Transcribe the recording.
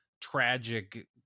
tragic